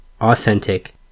authentic